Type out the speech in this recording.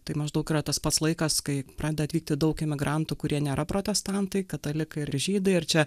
tai maždaug yra tas pats laikas kai pradeda atvykti daug imigrantų kurie nėra protestantai katalikai ar žydai ir čia